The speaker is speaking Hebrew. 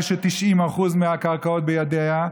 כש-90% מהקרקעות בידיה,